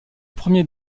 premiers